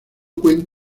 con